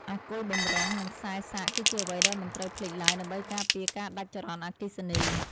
អាគុយបម្រុង និង ខ្សែសាកគឺជាអ្វីដែលមិនត្រូវភ្លេចឡើយដើម្បីការពារការដាច់ចរន្តអគ្គិសនី។